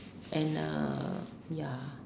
and uh ya